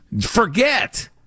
Forget